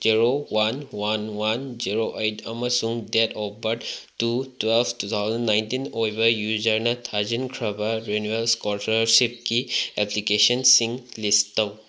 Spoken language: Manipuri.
zero one one one zero eight ꯑꯃꯁꯨꯡ date of birth two twelve two thousand nineteen ꯑꯣꯏꯕ ꯌꯨꯖꯔꯅ ꯊꯥꯖꯤꯟꯈ꯭ꯔꯕ ꯔꯤꯅꯨꯋꯦꯜ ꯁ꯭ꯀꯣꯂꯔꯁꯤꯞꯀꯤ ꯑꯦꯄ꯭ꯂꯤꯀꯦꯁꯟꯁꯤꯡ ꯂꯤꯁ ꯇꯧ